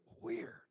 Weird